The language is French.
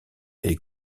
est